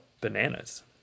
bananas